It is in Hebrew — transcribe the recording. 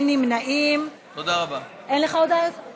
כי אחר כך יש לי הודעה ללא הצבעה.